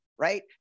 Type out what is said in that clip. Right